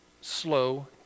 slow